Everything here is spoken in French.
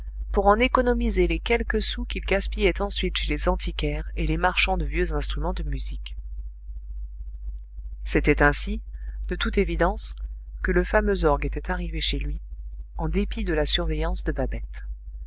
pour en économiser les quelques sous qu'il gaspillait ensuite chez les antiquaires et les marchands de vieux instruments de musique c'est ainsi de toute évidence que le fameux orgue était arrivé chez lui en dépit de la surveillance de babette